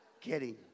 Kidding